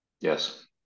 Yes